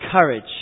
courage